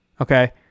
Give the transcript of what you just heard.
Okay